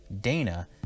Dana